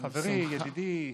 חברי, ידידי,